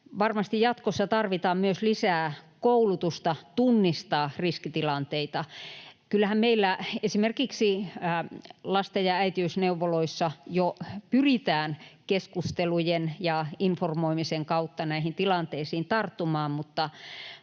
Varmasti jatkossa tarvitaan myös lisää koulutusta tunnistaa riskitilanteita. Kyllähän meillä esimerkiksi lasten- ja äitiysneuvoloissa jo pyritään keskustelujen ja informoimisen kautta näihin tilanteisiin tarttumaan,